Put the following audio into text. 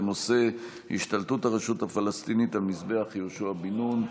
בנושא: השתלטות הרשות הפלסטינית על מזבח יהושע בן נון.